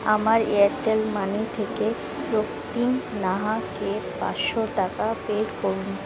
আমার Airtel money থেকে রক্তিম নাহাকে পাঁচশো টাকা পে করুন